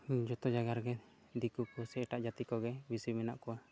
ᱡᱚᱛᱚᱡᱟᱭᱜᱟ ᱨᱮᱜᱮ ᱫᱤᱠᱩ ᱯᱩᱥᱤ ᱮᱴᱟᱜ ᱡᱟᱹᱛᱤ ᱠᱚᱜᱮ ᱵᱮᱥᱤ ᱢᱮᱱᱟᱜ ᱠᱚᱣᱟ